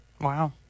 Wow